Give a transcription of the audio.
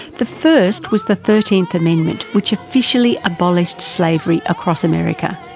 the first was the thirteenth amendment which officially abolished slavery across america.